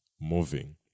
moving